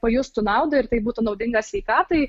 pajustų naudą ir tai būtų naudinga sveikatai